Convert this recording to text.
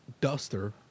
duster